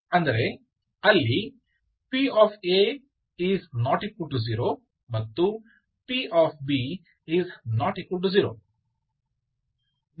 ಅಂದರೆ ಅಲ್ಲಿ p ≠ 0 p ≠ 0